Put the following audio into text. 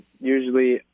usually